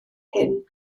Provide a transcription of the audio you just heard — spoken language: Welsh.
hyn